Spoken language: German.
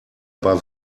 aber